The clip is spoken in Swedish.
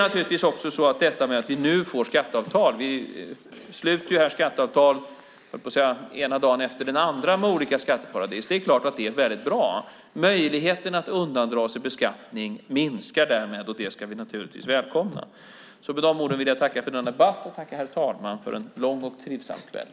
Att vi nu får skatteavtal - vi sluter skatteavtal den ena dagen efter den andra, höll jag på att säga - med olika skatteparadis är naturligtvis väldigt bra. Möjligheten att undandra sig beskattning minskar därmed, och det ska vi naturligtvis välkomna. Med de orden vill jag tacka för debatten. Jag tackar herr talmannen för en lång och trivsam kväll!